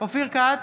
אופיר כץ,